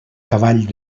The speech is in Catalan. cavall